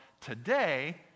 today